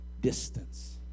distance